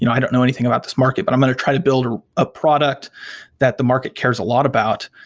you know i don't know anything about this market, but i'm going to try to build a product that the market cares a lot about.